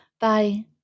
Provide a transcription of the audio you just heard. Bye